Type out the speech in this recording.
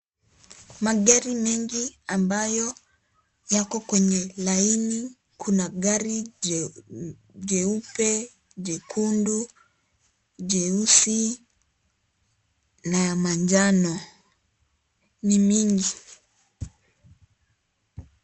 Magari mengi ambayo yako kwenye laini. Kuna gari jeupe, jekundu, jeusi na ya manjano. Ni mingi.